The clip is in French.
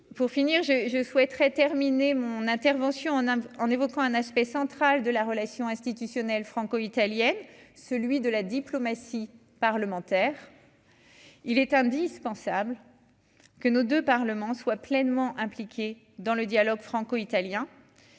pour finir je je souhaiterais terminer mon intervention, on a en évoquant un aspect central de la relation institutionnelle franco-italienne, celui de la diplomatie parlementaire, il est indispensable que nos 2 parlements soient pleinement impliqués dans le dialogue franco-italien